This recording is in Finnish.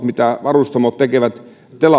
mitä varustamot tekevät